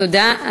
תודה.